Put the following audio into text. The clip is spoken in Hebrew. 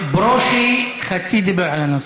ברושי חצי דיבר על הנושא.